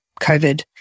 COVID